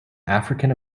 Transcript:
african